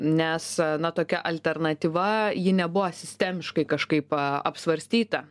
nes na tokia alternatyva ji nebuvo sistemiškai kažkaip apsvarstyta